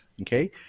okay